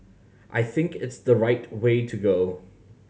I think it's the right way to go